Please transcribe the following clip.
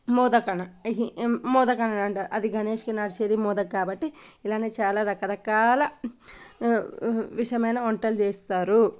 మోదక్ అనా మోదక్ అనాలంటారు అది గణేష్కి నడిచేది మోదక్ కాబట్టి ఇలానే చాలా రకరకాల వి వి విషమైన వంటలు చేస్తారు